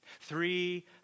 Three